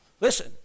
listen